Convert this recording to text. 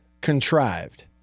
contrived